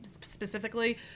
specifically